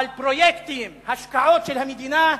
אבל פרויקטים, השקעות של המדינה,